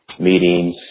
meetings